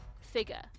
figure